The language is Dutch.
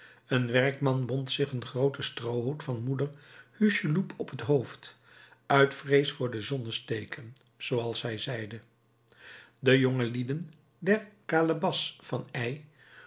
een werkman bond zich een grooten stroohoed van moeder hucheloup op t hoofd uit vrees voor de zonnesteken zooals hij zeide de jongelieden der kalebas van